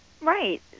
Right